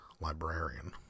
librarian